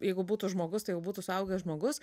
jeigu būtų žmogus tai jau būtų suaugęs žmogus